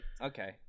Okay